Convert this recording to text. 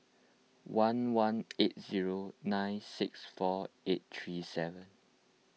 one one eight zero nine six four eight three seven